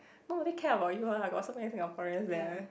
nobody care about you ah got so many Singaporeans there